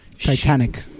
Titanic